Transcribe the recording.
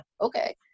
okay